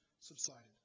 subsided